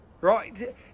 Right